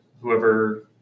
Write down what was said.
whoever